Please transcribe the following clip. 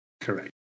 Correct